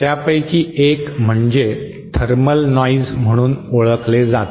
त्यापैकी एक म्हणजे थर्मल नॉइज म्हणून ओळखले जाते